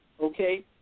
okay